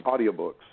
audiobooks